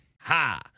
Ha